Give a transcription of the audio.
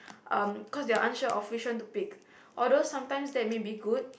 um cause they unsure of which one to pick although sometimes that may be good